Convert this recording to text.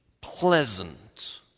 pleasant